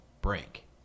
Break